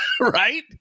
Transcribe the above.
Right